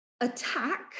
attack